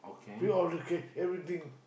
we all okay everything